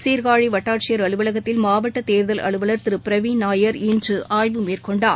சீர்காழி வட்டாட்சியர் அலுவலகத்தில் மாவட்ட தேர்தல் அலுவலர் திரு பிரவீன் நாயர் இன்று ஆய்வு மேற்கொண்டார்